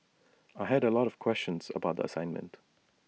I had A lot of questions about the assignment